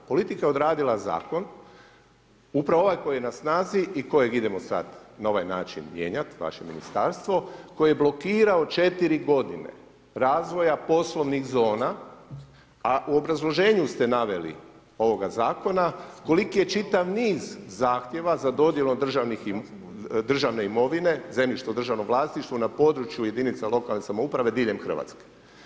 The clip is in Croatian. Politika je odradila zakon upravo ovaj koji je na snazi i kojeg idemo sad na ovaj način mijenjati, vaše ministarstvo, koji je blokirao 4 godine razvoja poslovnih zona a u obrazloženju ste naveli ovoga zakona, koliki je čitav niz zahtjeva za dodjelom državne imovine, zemljište u državnom vlasništvu na području jedinica lokalne samouprave diljem Hrvatske.